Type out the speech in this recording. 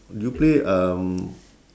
do you play um